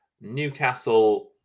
Newcastle